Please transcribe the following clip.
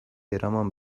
eraman